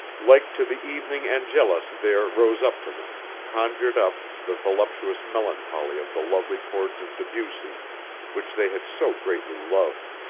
like to the evening angelus there rose up to them, conjured up, the voluptuous melancholy of the lovely chords of debussy which they had so greatly loved.